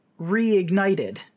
reignited